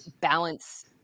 balance